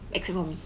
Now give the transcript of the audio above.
except for me